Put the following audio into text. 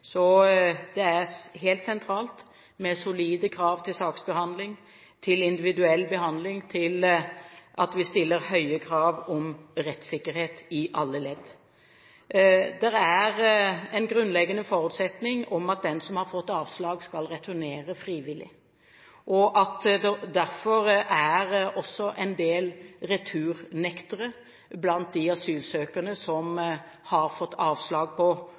Så det er helt sentralt med solide krav til saksbehandling, til individuell behandling og til at vi stiller høye krav om rettssikkerhet i alle ledd. Det er en grunnleggende forutsetning at den som har fått avslag, skal returnere frivillig. Det er derfor en del returnektere blant de asylsøkerne som har fått avslag på